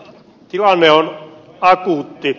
tilanne on akuutti